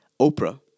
Oprah